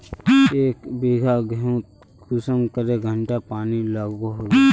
एक बिगहा गेँहूत कुंसम करे घंटा पानी लागोहो होबे?